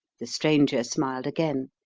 the stranger smiled again.